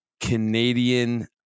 Canadian